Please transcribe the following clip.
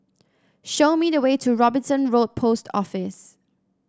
show me the way to Robinson Road Post Office